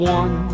one